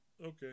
okay